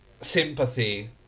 sympathy